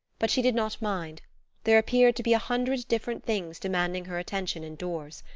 but she did not mind there appeared to be a hundred different things demanding her attention indoors.